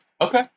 Okay